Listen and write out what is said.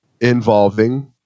involving